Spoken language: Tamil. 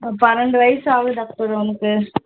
பன்னெரெண்டு வயது ஆகுது டாக்டர் அவனுக்கு